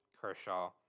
Kershaw